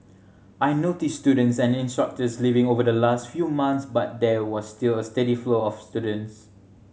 I noticed students and instructors leaving over the last few months but there was still a steady flow of students